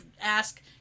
ask